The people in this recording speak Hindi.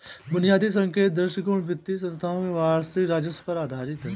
बुनियादी संकेतक दृष्टिकोण वित्तीय संस्थान के वार्षिक राजस्व पर आधारित है